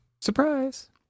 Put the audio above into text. Surprise